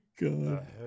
god